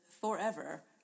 forever